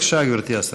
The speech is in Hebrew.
בבקשה, גברתי השרה.